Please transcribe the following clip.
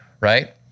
right